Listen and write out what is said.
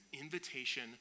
invitation